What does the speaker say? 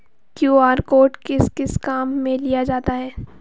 QR code किस किस काम में लिया जाता है?